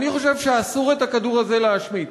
אני חושב שאסור את הכדור הזה לשמוט.